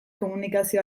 komunikazio